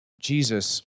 Jesus